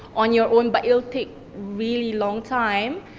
on your own, but it'll take really long time,